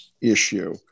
issue